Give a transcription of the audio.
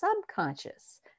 subconscious